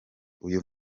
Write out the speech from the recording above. uyu